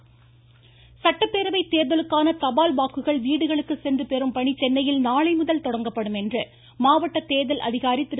பிரகாஷ் சட்டப்பேரவை தேர்தலுக்கான தபால் வாக்குகள் வீடுகளுக்கு சென்று பெறும் பணி சென்னையில் நாளைமுதல் தொடங்கப்படும் என்று மாவட்ட தேர்தல் அதிகாரி திரு